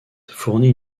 fournit